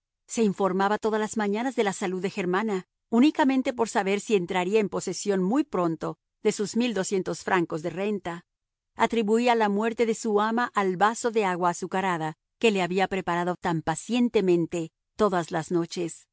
se informaba todas las mañanas de la salud de germana únicamente por saber si entraría en posesión muy pronto de sus francos de renta atribuía la muerte de su ama al vaso de agua azucarada que le había preparado tan pacientemente todas las noches